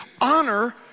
Honor